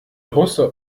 russe